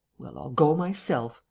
well, i'll go myself,